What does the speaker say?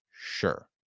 Sure